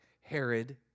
Herod